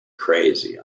crazy